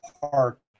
park